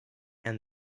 and